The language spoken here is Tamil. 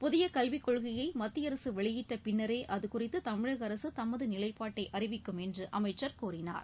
புதிய கல்விக்கொள்கையை மத்திய அரசு வெளியிட்ட பின்னரே அதுகுறித்து தமிழக அரசு தமது நிலைப்பாட்டை அறிவிக்கும் என்று அமைச்சர் கூறினார்